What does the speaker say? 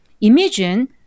imagine